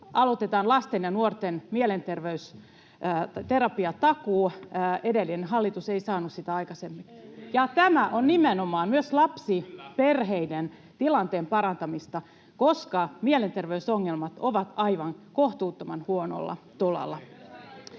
aloitetaan lasten ja nuorten mielenterveysterapiatakuu — edellinen hallitus ei saanut sitä aikaisemmin. Tämä on nimenomaan myös lapsiperheiden tilanteen parantamista, koska mielenterveysongelmat ovat aivan kohtuuttoman huonolla tolalla.